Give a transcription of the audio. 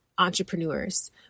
Entrepreneurs